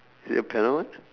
is it the piano one